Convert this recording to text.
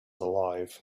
alive